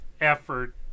effort